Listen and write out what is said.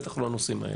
בטח לא הנושאים האלה,